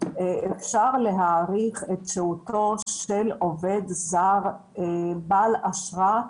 אפשר להאריך את שהותו של עובד זר בעל אשרה,